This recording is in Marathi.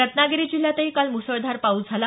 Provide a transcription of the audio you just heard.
रत्नागिरी जिल्ह्यातही काल मुसळधार पाऊस झाला